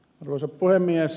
arvoisa puhemies